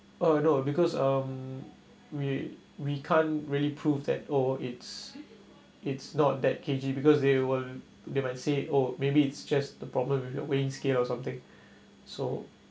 uh no because um we we can't really prove that oh it's it's not that K_G because they were they might say oh maybe it's just the problem with your weight scale or something so